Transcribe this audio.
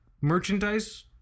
merchandise